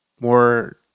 more